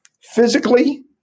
physically